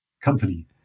company